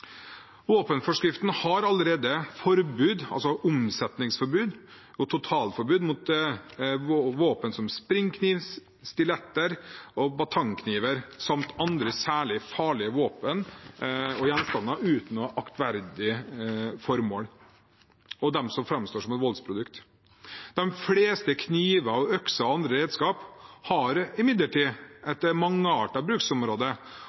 Våpenforskriften har allerede forbud, altså omsetningsforbud og totalforbud, mot våpen som springkniv, stiletter og batangakniver samt andre særlig farlige våpen og gjenstander uten aktverdig formål og som framstår som et voldsprodukt. De fleste kniver, økser og andre redskap har imidlertid et mangeartet bruksområde